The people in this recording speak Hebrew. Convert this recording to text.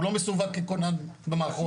הוא לא מסווג ככונן במערכות.